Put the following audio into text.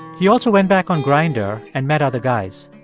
he also went back on grindr and met other guys.